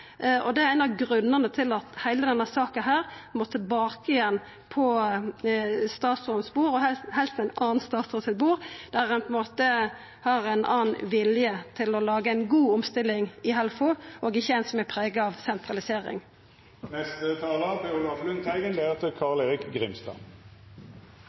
og det er ein av grunnane til at heile denne saka må tilbake på bordet til statsråden – og helst bordet til ein annan statsråd, der ein har ein annan vilje til å laga ei god omstilling i Helfo, ikkje ei som er prega av